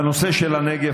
בנושא של הנגב,